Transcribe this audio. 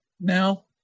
now